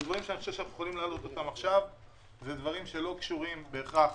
אלה דברים שלדעתי אנחנו יכולים להעלות עכשיו והם לא קשורים בהכרח